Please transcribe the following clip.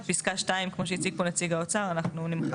את פיסקה 2 כמו שהציג פה נציג האוצר אנחנו נמחק.